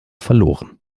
verloren